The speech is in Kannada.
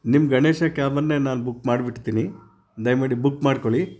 ನಿಮ್ಮ ಗಣೇಶ ಕ್ಯಾಬನ್ನೇ ನಾನು ಬುಕ್ ಮಾಡಿಬಿಡ್ತೀನಿ ದಯಮಾಡಿ ಬುಕ್ ಮಾಡ್ಕೊಳ್ಳಿ